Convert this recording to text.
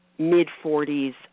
mid-40s